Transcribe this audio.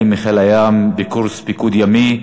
אורחים ביציע, חיילים מחיל הים בקורס פיקוד ימי.